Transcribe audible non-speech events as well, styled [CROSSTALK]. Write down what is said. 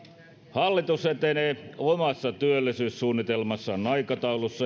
hallitus etenee omassa työllisyyssuunnitelmassaan aikataulussa [UNINTELLIGIBLE]